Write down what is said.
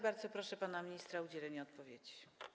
Bardzo proszę pana ministra o udzielenie odpowiedzi.